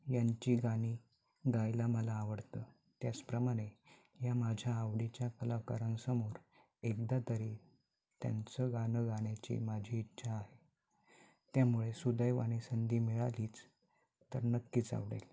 यांची गाणी गायला मला आवडतं त्याचप्रमाणे या माझ्या आवडीच्या कलाकारांसमोर एकदा तरी त्यांचं गाणं गाण्याची माझी इच्छा आहे त्यामुळे सुदैवाने आणि संधी मिळालीच तर नक्कीच आवडेल